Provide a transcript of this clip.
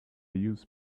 use